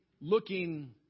looking